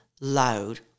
loud